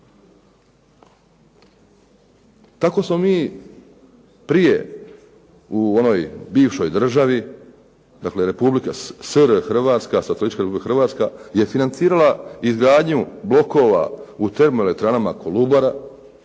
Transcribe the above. Tako smo mi prije u ono bivšoj državi, dakle Republika SR Hrvatska, je financirala izgradnju blokova u termoelektranama Kolubara,